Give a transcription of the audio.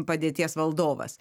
padėties valdovas